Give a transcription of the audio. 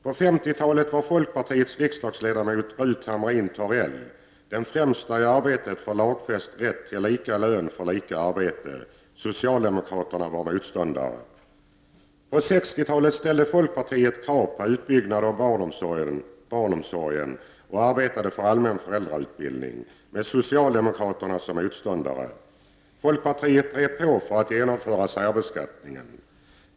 På 50-talet var folkpartiets riksdagsledamot Ruth Hamrin-Thorell den främsta i arbetet för lagfäst rätt till lika lön för lika arbete. Socialdemokraterna var motståndare. På 60-talet ställde folkpartiet krav på utbyggnad av barnomsorgen och arbetade för allmän föräldrautbildning, med socialdemokraterna som motståndare. Folkpartiet drev på för att genomföra särbeskattningen.